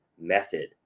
method